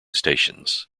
stations